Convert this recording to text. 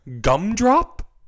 Gumdrop